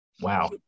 wow